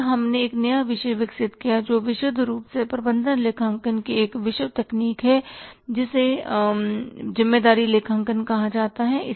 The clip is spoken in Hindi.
फिर हमने एक नया विषय विकसित किया जो विशुद्ध रूप से प्रबंधन लेखांकन की एक विश्व तकनीक है जिसे ज़िम्मेदारी लेखांकन कहा जाता है